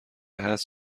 هست